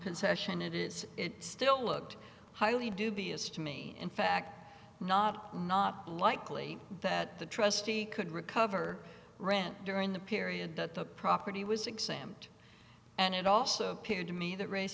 concession it is it still looked highly dubious to me in fact not not likely that the trustee could recover rent during the period that the property was examined and it also appeared to me that race